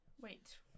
Wait